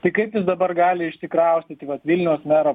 tai kaip jis dabar gali išsikraustyti vat vilniaus mero